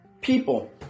People